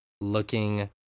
looking